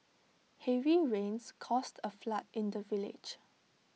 heavy rains caused A flood in the village